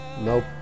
nope